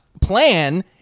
plan